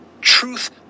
Truth